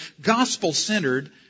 gospel-centered